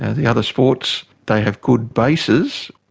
the other sports, they have good bases,